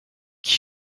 qui